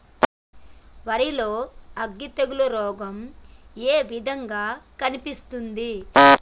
వరి లో అగ్గి తెగులు రోగం ఏ విధంగా కనిపిస్తుంది?